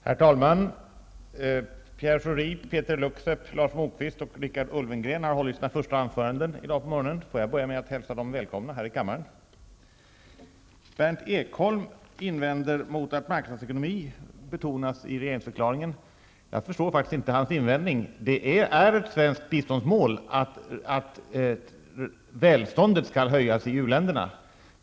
Herr talman! Pierre Schori, Peeter Luksep, Lars Moquist och Richard Ulfvengren har hållit sina första anföranden i dag på morgonen. Låt mig börja med att hälsa dem välkomna här i kammaren. Berndt Ekholm invänder mot att marknadsekonomi betonas i regeringsförklaringen. Jag förstår faktiskt inte hans invändning. Det är ett svenskt biståndsmål att välståndet skall höjas i uländerna.